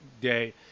Day